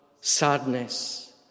sadness